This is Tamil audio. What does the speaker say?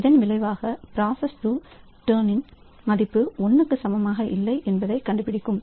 இதன் விளைவாக பிராசஸ் 2 டர்ன்நின் மதிப்பு 1 க்கு சமமாக இல்லை என்பதைக் கண்டுபிடிக்கும்